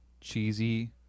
Cheesy